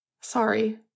Sorry